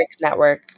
network